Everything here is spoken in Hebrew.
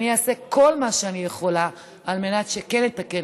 אני אעשה כל מה שאני יכולה על מנת כן לתקן